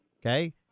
okay